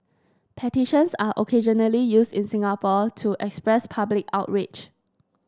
petitions are occasionally used in Singapore to express public outrage